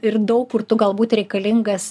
ir daug kur tu galbūt reikalingas